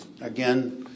again